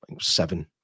Seven